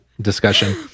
discussion